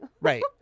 Right